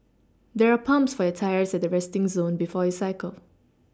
there are pumps for your tyres at the resting zone before you cycle